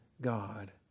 God